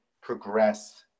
progress